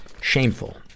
Shameful